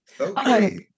okay